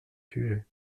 sujet